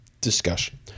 discussion